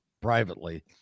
privately